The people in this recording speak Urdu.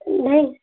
نہیں